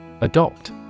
Adopt